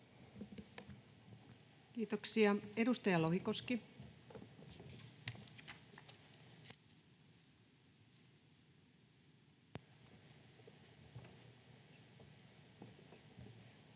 Kiitoksia. — Edustaja Lohikoski. Arvoisa